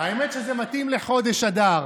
האמת היא שזה מתאים לחודש אדר.